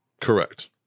Correct